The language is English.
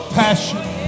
passion